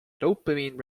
dopamine